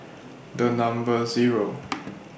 The Number Zero